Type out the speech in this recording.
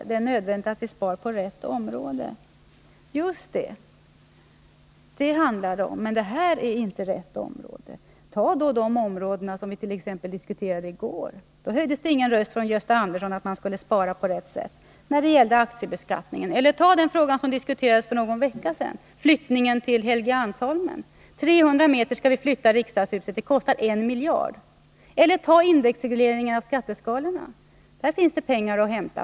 Just det, det är det som det handlar om. Men det här är inte rätt område. Ta då t.ex. de områden som vi diskuterade i går. Då, när det gällde aktiebeskattningen, höjde inte Gösta Andersson sin röst, och då sade han ingenting om att spara på rätt område. Eller ta den fråga som diskuterades för någon vecka sedan, flyttningen till Helgeandsholmen. Vi skall flytta riksdagshuset 300 m, och det kostar 1 miljard kronor. Eller ta indexregleringen av skatteskalorna. Där finns det pengar att hämta.